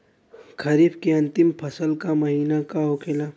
खरीफ के अंतिम फसल का महीना का होखेला?